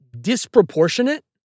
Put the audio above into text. disproportionate